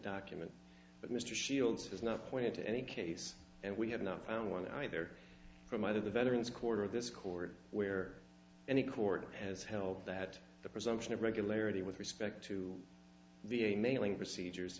document but mr shields has not pointed to any case and we have not found one either from either the veterans quarter of this court where any court has held that the presumption of regularity with respect to the a mailing procedures